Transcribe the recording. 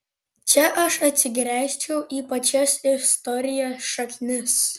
čia aš atsigręžčiau į pačias istorijos šaknis